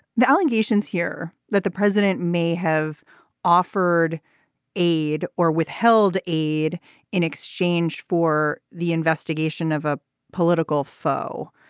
the allegations here that the president may have offered aid or withheld aid in exchange for the investigation of a political foe.